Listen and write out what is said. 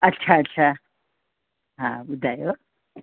अच्छा अच्छा हा ॿुधायो